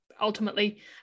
ultimately